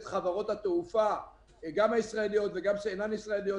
חברות התעופה גם הישראליות וגם שאינן ישראליות.